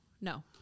No